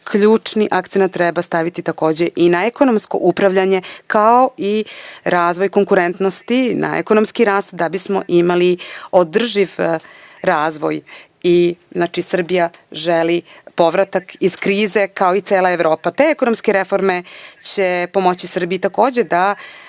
ključni akcenat treba staviti takođe i na ekonomsko upravljanje, kao i razvoj konkurentnosti, na ekonomski rast, da bismo imali održiv razvoj. Srbija želi povratak iz krize, kao i cela Evropa. Te ekonomske reforme će pomoći Srbiji, takođe, da